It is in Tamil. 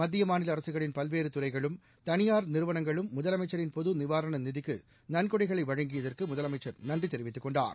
மத்திய மாநில அரசுகளின் பல்வேறு துறைகளும் தனியார் நிறுவனங்களும் முதலமைச்சின் பொதுநிவாரண நிதிக்கு நள்கொடைகளை வழங்கியதற்கு முதலமைச்சர் நன்றி தெரிவித்துக் கொண்டார்